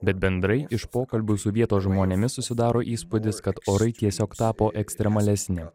bet bendrai iš pokalbių su vietos žmonėmis susidaro įspūdis kad orai tiesiog tapo ekstremalesni